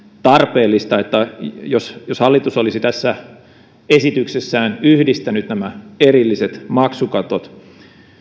tarpeellista että hallitus olisi tässä esityksessään yhdistänyt nämä erilliset maksukatot